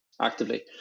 Actively